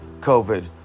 COVID